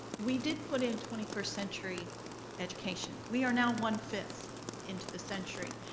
we did put in twenty first century education. we are now one five into the century,